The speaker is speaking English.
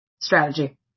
Strategy